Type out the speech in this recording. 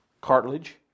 cartilage